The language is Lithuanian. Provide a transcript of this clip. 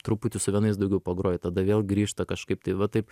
truputį su vienais daugiau pagroji tada vėl grįžta kažkaip tai va taip